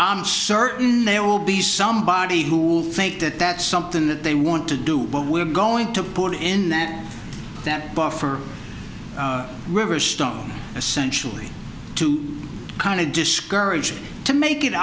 i'm certain there will be somebody who will think that that's something that they want to do what we're going to put in that that buffer riverstone essentially to kind of discourage to make it